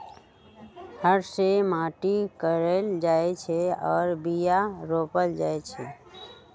हर से माटि कोरल जाइ छै आऽ बीया रोप्ल जाइ छै